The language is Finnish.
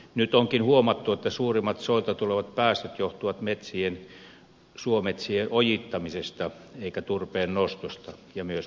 nyt onkin huomattu että suurimmat soilta tulevat päästöt johtuvat suometsien ojittamisesta eivätkä turpeen nostosta ja myös maataloudella siinä on oma osuutensa